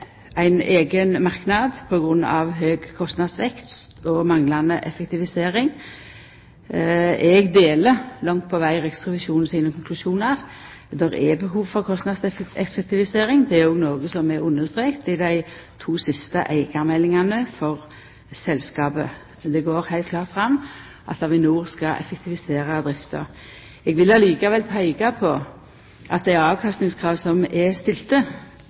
ein eigen merknad på grunn av høg kostnadsvekst og manglande effektivisering. Eg deler langt på veg Riksrevisjonen sine konklusjonar. Det er behov for kostnadseffektivisering, det er òg noko som er understreka i dei to siste eigarmeldingane for selskapet. Det går heilt klart fram at Avinor skal effektivisera drifta. Eg vil likevel peika på at dei avkastningskrava som er stilte,